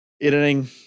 Editing